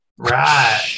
right